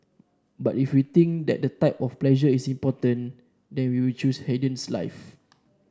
but if we think that the type of pleasure is important then they will choose Haydn's life